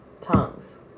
tongues